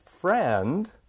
friend